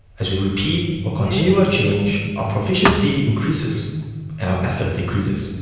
as we repeat or continue a change, our proficiency increases and our effort decreases.